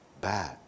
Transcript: bad